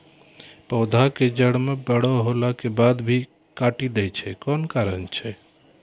पौधा के जड़ म बड़ो होला के बाद भी काटी दै छै कोन कारण छै?